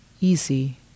easy